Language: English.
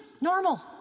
normal